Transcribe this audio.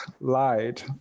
lied